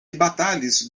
batalis